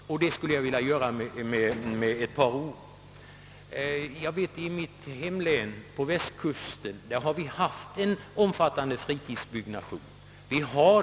I mitt hemlän på västkusten har vi och kommer även i fortsättningen att få en omfattande fritidsbyggnation.